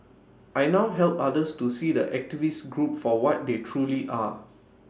I now help others to see the activist group for what they truly are